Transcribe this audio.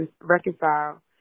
reconcile